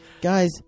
Guys